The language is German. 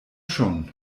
schon